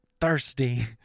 thirsty